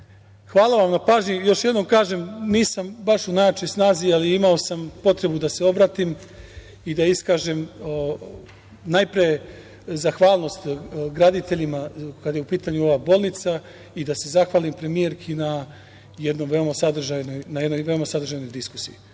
vam na pažnji. Još jednom kažem, nisam baš u najjačoj snazi, ali imao sam potrebu da se obratim i da iskažem najpre zahvalnost graditeljima kada je u pitanju ova bolnica i da se zahvalim premijerki na jednoj veoma sadržajnoj diskusiji.